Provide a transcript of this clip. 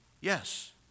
yes